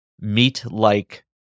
meat-like